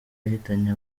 yahitanye